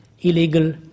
illegal